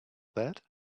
that